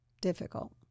difficult